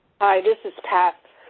hi, this is pat,